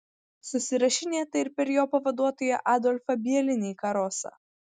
susirašinėta ir per jo pavaduotoją adolfą bielinį karosą